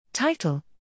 Title